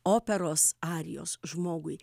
operos arijos žmogui